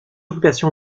occupation